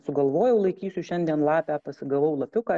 sugalvojau laikysiu šiandien lapę pasigavau lapiuką